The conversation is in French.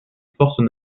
forces